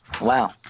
Wow